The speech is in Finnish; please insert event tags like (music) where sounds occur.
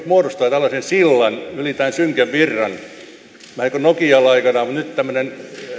(unintelligible) muodostavat tällaisen sillan yli tämän synkän virran vähän niin kuin nokia oli aikanaan mutta nyt on tämmöinen